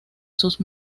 sus